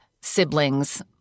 sibling's